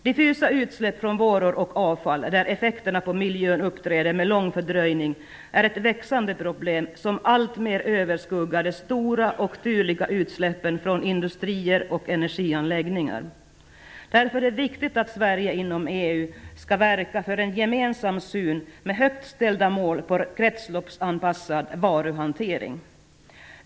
Diffusa utsläpp från varor och avfall, där effekterna på miljön uppträder med lång fördröjning, är ett växande problem som alltmer överskuggar de stora och tydliga utsläppen från industrier och energianläggningar. Därför är det viktigt att Sverige inom EU skall verka för en gemensam syn med högt ställda mål på kretsloppsanpassad varuhantering.